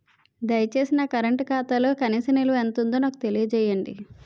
దయచేసి నా కరెంట్ ఖాతాలో కనీస నిల్వ ఎంత ఉందో నాకు తెలియజేయండి